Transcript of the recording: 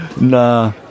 nah